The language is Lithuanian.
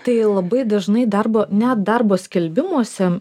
tai labai dažnai darbo net darbo skelbimuose